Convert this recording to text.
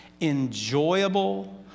enjoyable